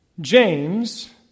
James